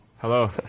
Hello